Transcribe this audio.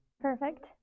Perfect